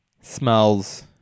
smells